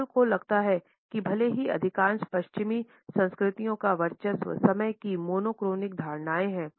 hall को लगता है कि भले ही अधिकांश पश्चिमी संस्कृतियों का वर्चस्व समय की मोनोक्रोनीक धारणा है